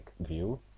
view